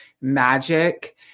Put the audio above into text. magic